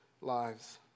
lives